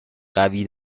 قوی